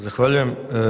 Zahvaljujem.